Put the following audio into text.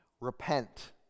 Repent